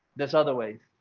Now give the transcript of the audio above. there's other ways,